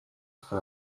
for